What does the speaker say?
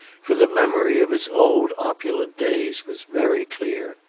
for the memory of his old opulent days was very clear.